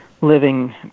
living